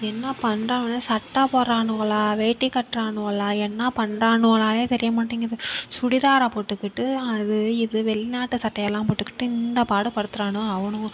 என்ன பண்றாங்கன்னே சட்டை போடுறானுவோலா வேட்டி கட்டுறானுவோலா என்ன பண்றானுவோலான்னே தெரிய மாட்டேங்கிது சுடிதாரை போட்டுக்கிட்டு அது இது வெளிநாட்டு சட்டையெல்லாம் போட்டுக்கிட்டு இந்த பாடு படுத்துறானுவோ அவனுவோ